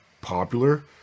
popular